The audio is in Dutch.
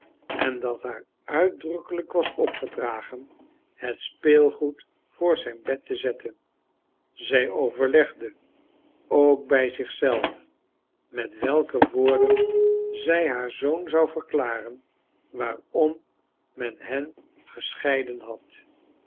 en dat haar uitdrukkelijk was opgedragen het speelgoed voor zijn bed te zetten zij overlegde ook bij zich zelf met welke woorden zij haar zoon zou verklaren waarom men hen gescheiden had